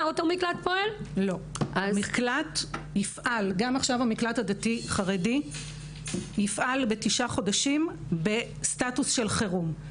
גם המקלט הדתי-חרדי יפעל בתשעה חודשים בסטטוס של חירום.